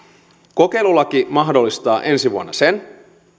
kokeilulaki mahdollistaa ensi vuonna sen